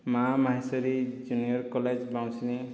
ମା' Maheshwari junior college Baunsini